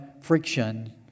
friction